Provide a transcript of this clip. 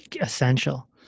essential